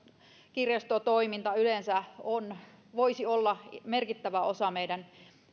kirjastotoiminta yleensä voisi olla merkittävä osa meidän